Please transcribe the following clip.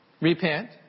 repent